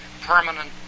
permanent